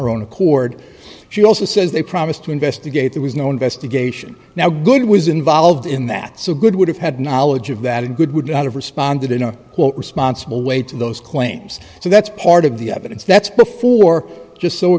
her own accord she also says they promised to investigate there was no investigation now good was involved in that so good would have had knowledge of that and good would not have responded in a responsible way to those claims so that's part of the evidence that's before just so